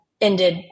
ended